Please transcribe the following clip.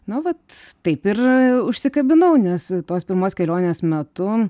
nu vat taip ir užsikabinau nes tos pirmos kelionės metu